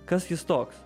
kas jis toks